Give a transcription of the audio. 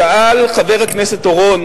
שאל חבר הכנסת אורון